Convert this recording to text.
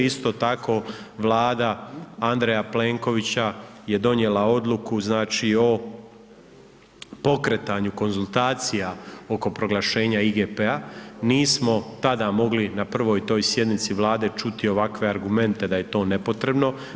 Isto tako Vlada Andreja Plenkovića je donijela odluku, znači, o pokretanju konzultacija oko proglašenja IGP-a, nismo tada mogli na prvoj toj sjednici Vlade čuti ovakve argumente da je to nepotrebno.